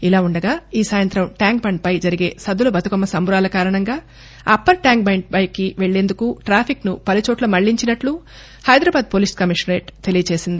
ఇలా ఉండగా ఈ సాయంతం ట్యాంకుబండ్పై జరిగే సద్గుల బతుకమ్మ సంబురాల కారణంగా అప్పర్ ట్యాంక్బండ్ పైకి వెళ్లే టాఫిక్ను పలుచోట్ల మళ్లించినట్లు హైదరాబాద్ పోలీసు కమిషనరేట్ తెలియజేసింది